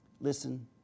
Listen